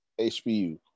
HBU